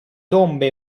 tombe